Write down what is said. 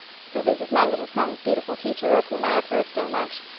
so this is my little son's beautiful teacher of whom i have heard so much,